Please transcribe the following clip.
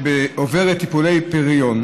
שעוברת טיפולי פריון: